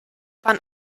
bahn